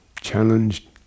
challenged